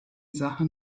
sachen